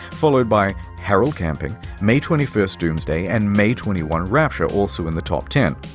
followed by harold camping may twenty first doomsday and may twenty one rapture also in the top ten.